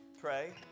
Pray